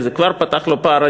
וזה כבר פתח לו פער.